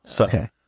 Okay